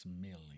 million